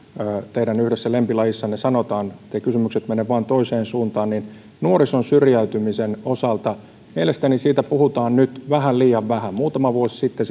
teidän yhdessä lempilajissanne sanotaan etteivät kysymykset mene vain toiseen suuntaan nuorison syrjäytymisen osalta mielestäni siitä puhutaan nyt vähän liian vähän muutama vuosi sitten